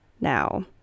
now